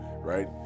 right